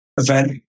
event